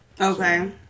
okay